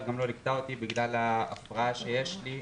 גם לא לקטוע אותי בגלל ההפרעה שיש לי,